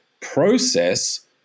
process